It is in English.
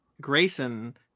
Grayson